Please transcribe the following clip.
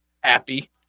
happy